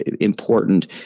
important